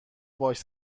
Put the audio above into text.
باهاش